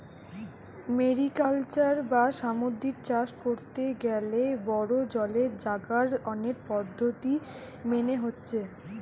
mariculture বা সামুদ্রিক চাষ কোরতে গ্যালে বড়ো জলের জাগায় অনেক পদ্ধোতি মেনে হচ্ছে